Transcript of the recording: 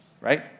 Right